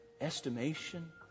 estimation